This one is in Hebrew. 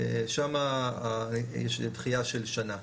שם יש דחייה של שנה,